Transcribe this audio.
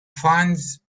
finds